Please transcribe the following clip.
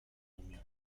umiem